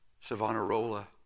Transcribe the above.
Savonarola